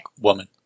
woman